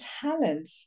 talent